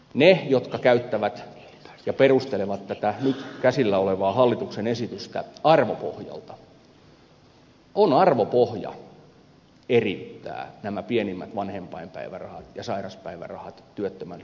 niillä jotka perustelevat tätä nyt käsillä olevaa hallituksen esitystä arvopohjalta on arvopohja eriyttää nämä pienimmät vanhempainpäivärahat ja sairauspäivärahat työttömän peruspäivärahasta